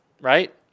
right